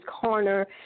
corner